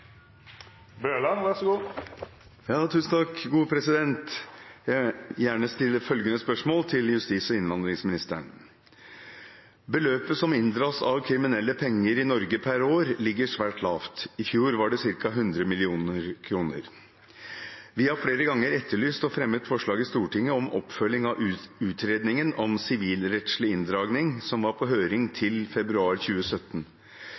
til justis- og innvandringsministeren: «Beløpet som inndras av kriminelle penger i Norge pr. år, ligger svært lavt. I fjor var det ca. 100 millioner kroner. Vi har flere ganger etterlyst og fremmet forslag i Stortinget om oppfølging av utredningen om sivilrettslig inndragning som var på høring til februar 2017.